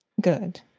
Good